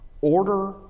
Order